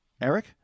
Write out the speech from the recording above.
Eric